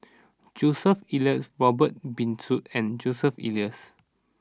Joseph Elias Robert Ibbetson and Joseph Elias